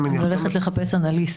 אני הולכת לחפש אנליסט.